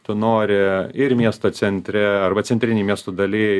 tu nori ir miesto centre arba centrinėj miesto daly